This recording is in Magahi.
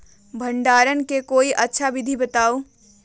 भंडारण के कोई अच्छा विधि बताउ?